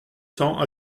cents